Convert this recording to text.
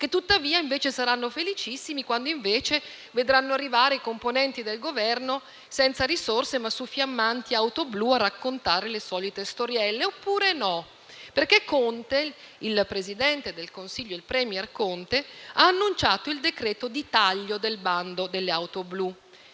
che tuttavia, invece, saranno felicissimi quando vedranno arrivare i componenti del Governo senza risorse ma su fiammanti auto blu a raccontare le solite storielle; oppure no, perché il Presidente del Consiglio, il *premier* Conte ha annunciato il decreto di taglio del bando delle auto blu.